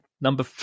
number